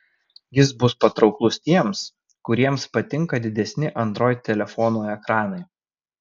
jis bus patrauklus tiems kuriems patinka didesni android telefonų ekranai